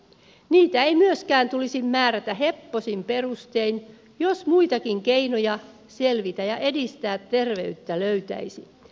niitä ei myöskään tulisi määrätä heppoisin perustein jos muitakin keinoja selvitä ja edistää terveyttä löytäisi